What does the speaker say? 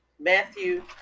Matthew